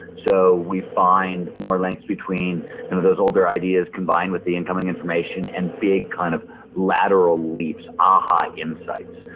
so we find more lengths between and those older ideas combine with the incoming information and big kind of lateral leaps, aha insights.